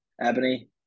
Ebony